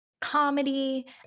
comedy